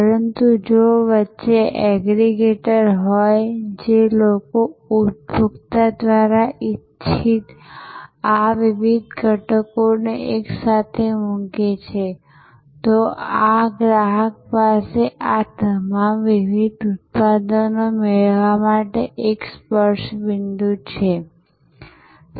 પરંતુ જો વચ્ચે એગ્રીગેટર હોય જે લોકો ઉપભોક્તા દ્વારા ઇચ્છિત આ વિવિધ ઘટકોને એકસાથે મૂકે છે તો ગ્રાહક પાસે આ તમામ વિવિધ ઉત્પાદનો મેળવવા માટે એક સ્પર્શ બિંદુ છે